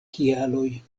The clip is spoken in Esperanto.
kialoj